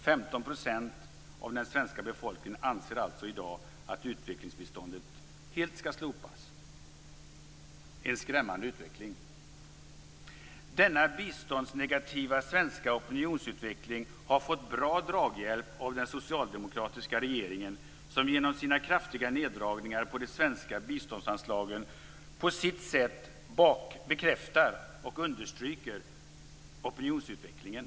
15 % av den svenska befolkningen anser alltså i dag att utvecklingsbiståndet helt skall slopas. Det är en skrämmande utveckling. Denna biståndsnegativa svenska opinionsutveckling har fått bra draghjälp av den socialdemokratiska regeringen, som genom sina kraftiga neddragningar på de svenska biståndsanslagen på sitt sätt bekräftar och understryker opinionsutvecklingen.